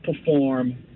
perform